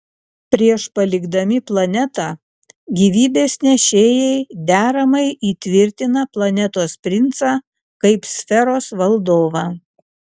prieš palikdami planetą gyvybės nešėjai deramai įtvirtina planetos princą kaip sferos valdovą